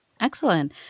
Excellent